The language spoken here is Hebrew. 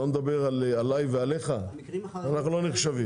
אתה מדבר עלי ועליך אבל אנחנו לא נחשבים.